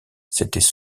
s’étaient